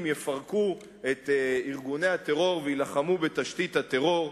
יפרקו את ארגוני הטרור ויילחמו בתשתית הטרור.